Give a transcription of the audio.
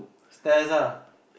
stairs ah